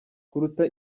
kuruta